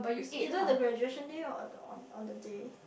is either the graduation day or on the day